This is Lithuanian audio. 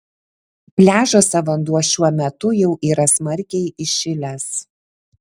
pliažuose vanduo šiuo metu jau yra smarkiai įšilęs